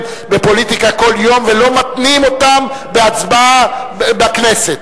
בפוליטיקה כל יום ולא מתנים אותם בהצבעה בכנסת.